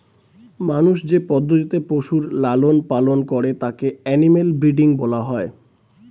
মানুষ যে পদ্ধতিতে পশুর লালন পালন করে তাকে অ্যানিমাল ব্রীডিং বলা হয়